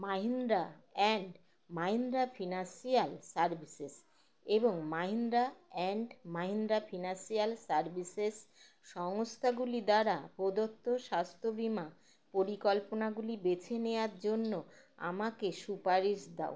Mahindra and Mahindra financial services এবং Mahindra and Mahindra financial services সংস্থাগুলি দ্বারা প্রদত্ত স্বাস্থ্য বিমা পরিকল্পনাগুলি বেছে নেওয়ার জন্য আমাকে সুপারিশ দাও